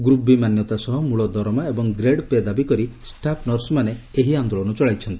ଗୁପ B' ମାନ୍ୟତା ସହ ମୂଳ ଦରମା ଏବଂ ଗ୍ରେଡ ପେ' ଦାବି କରି ଷ୍ଟାଫ ନର୍ସମାନେ ଆନ୍ଦୋଳନ ଚଳାଇଛନ୍ତି